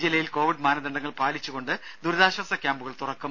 ജില്ലയിൽ കോവിഡ് മാനദണ്ഡങ്ങൾ പാലിച്ചുകൊണ്ട് ദുരിതാശ്വാസ ക്യാമ്പുകൾ തുറക്കും